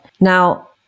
Now